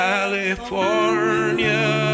California